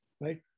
right